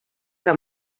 que